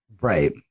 Right